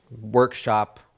workshop